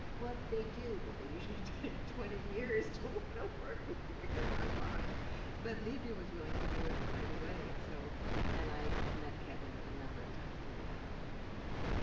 well they do, but they usually take twenty years to but want to and um work with you again, i find but levue was willing to do it right away. and so and i met kevin a number of times through the acting company that